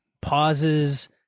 pauses